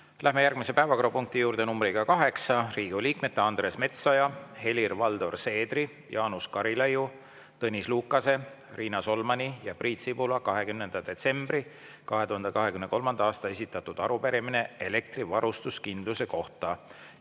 Läheme järgmise päevakorrapunkti juurde, nr 8, Riigikogu liikmete Andres Metsoja, Helir-Valdor Seedri, Jaanus Karilaiu, Tõnis Lukase, Riina Solmani ja Priit Sibula 20. detsembril 2023. aastal esitatud arupärimine elektrivarustuskindluse kohta.